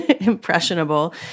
impressionable